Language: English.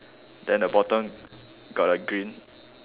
then the bottom got a green